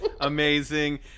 Amazing